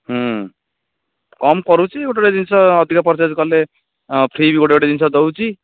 ହୁଁ କମ କରୁଛି ଗୋଟେ ଗୋଟେ ଜିନିଷ ଅଧିକ ପରଚେଜ କଲେ ଫ୍ରି ବି ଗୋଟେ ଗୋଟେ ଜିନିଷ ଦେଉଛି